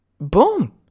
Boom